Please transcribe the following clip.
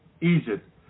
Egypt